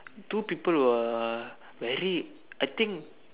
two people were very I think